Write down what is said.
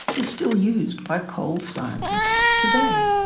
is still used by coal scientists today.